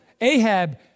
Ahab